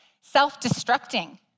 self-destructing